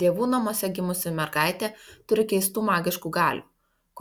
dievų namuose gimusi mergaitė turi keistų magiškų galių